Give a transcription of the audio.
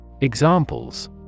Examples